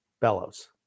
Bellows